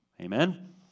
Amen